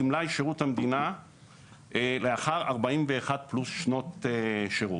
אני גמלאי בשירות המדינה ואני פה לאחר 41 שנות שירות,